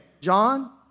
John